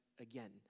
again